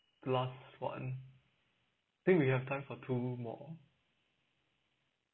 last one think we have time for two more